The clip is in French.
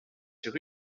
sur